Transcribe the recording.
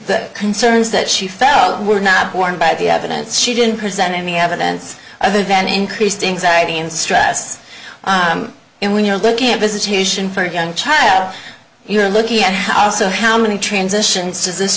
that concerns that she felt were not borne by the evidence she didn't present any evidence of the event increased anxiety and stress and when you're looking at visitation for a young child you're looking at how also how many transitions does this